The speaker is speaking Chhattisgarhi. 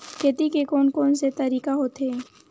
खेती के कोन कोन से तरीका होथे?